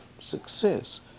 success